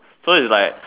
so it's like